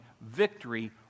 victory